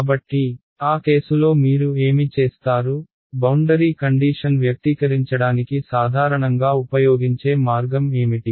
కాబట్టి ఆ కేసులో మీరు ఏమి చేస్తారు బౌండరీ కండీషన్ వ్యక్తీకరించడానికి సాధారణంగా ఉపయోగించే మార్గం ఏమిటి